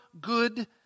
good